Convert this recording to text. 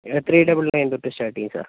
three double nine തൊട്ട് start ചെയ്യും sir